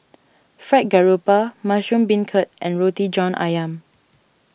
Fried Garoupa Mushroom Beancurd and Roti John Ayam